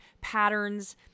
patterns